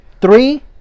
three